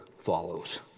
follows